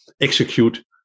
execute